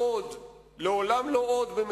לעולם לא עוד.